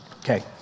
Okay